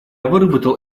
выработал